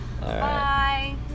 Bye